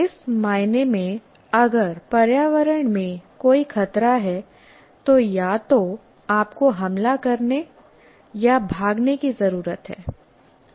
इस मायने में अगर पर्यावरण में कोई खतरा है तो या तो आपको हमला करने या भागने की जरूरत है